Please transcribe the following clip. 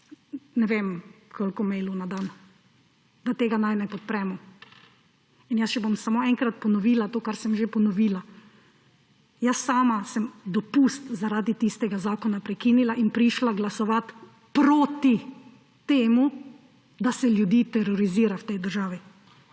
ne vem, koliko mailov na dan, da tega naj ne podpremo. Samo še enkrat bom ponovila to, kar sem že ponovila. Jaz sama sem dopust zaradi tistega zakona prekinila in prišla glasovati proti temu, da se ljudi terorizira v tej državi.